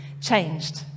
changed